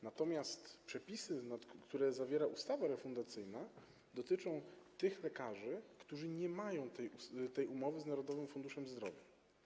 Natomiast przepisy, które zawiera ustawa refundacyjna, dotyczą tych lekarzy, którzy nie mają tej umowy z Narodowym Funduszem Zdrowia.